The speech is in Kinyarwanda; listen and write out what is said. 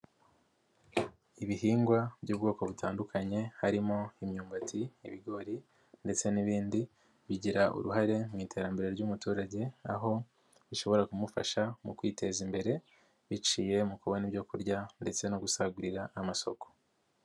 Ibihingwa by'ubwoko butandukanye harimo imyumbati, ibigori, ndetse n'ibindi, bigira uruhare mu iterambere ry'umuturage, aho bishobora kumufasha mu kwiteza imbere, biciye mu kubona ibyo kurya ndetse no gusagurira amasoko.